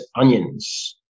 onions